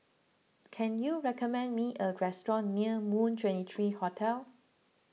can you recommend me a restaurant near Moon twenty three Hotel